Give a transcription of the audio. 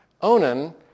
Onan